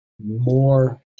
more